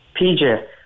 PJ